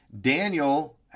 Daniel